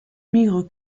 migre